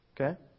Okay